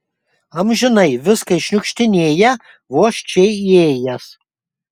amžinai viską iššniukštinėja vos čia įėjęs